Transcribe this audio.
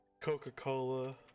coca-cola